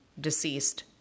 deceased